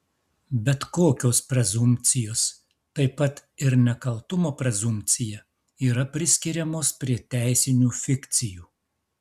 bet kokios prezumpcijos taip pat ir nekaltumo prezumpcija yra priskiriamos prie teisinių fikcijų